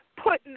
putting